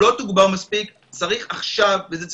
הוא לא תוגבר מספיק.